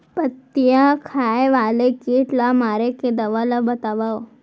पत्तियां खाए वाले किट ला मारे के दवा ला बतावव?